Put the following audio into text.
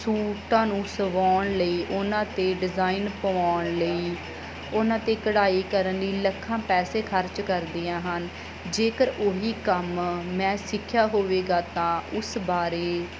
ਸੂਟਾਂ ਨੂੰ ਸਵਾਉਣ ਲਈ ਉਹਨਾਂ 'ਤੇ ਡਿਜ਼ਾਇਨ ਪਵਾਉਣ ਲਈ ਉਹਨਾਂ 'ਤੇ ਕਢਾਈ ਕਰਨ ਲਈ ਲੱਖਾਂ ਪੈਸੇ ਖਰਚ ਕਰਦੀਆਂ ਹਨ ਜੇਕਰ ਉਹੀ ਕੰਮ ਮੈਂ ਸਿੱਖਿਆ ਹੋਵੇਗਾ ਤਾਂ ਉਸ ਬਾਰੇ